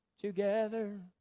together